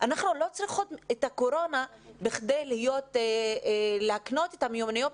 אנחנו לא צריכות את הקורונה בכדי להקנות את המיומנויות